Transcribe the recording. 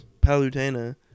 Palutena